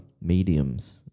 mediums